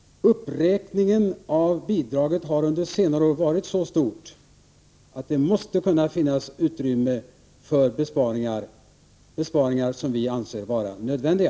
Uppräkningen av bidraget har under senare år varit så stor att det måste finnas utrymme för besparingar, som vi anser vara nödvändiga.